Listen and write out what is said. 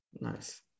Nice